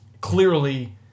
clearly